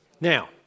Now